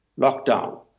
lockdown